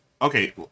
Okay